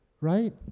right